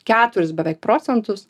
keturis beveik procentus